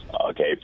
Okay